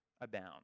abound